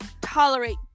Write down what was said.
tolerate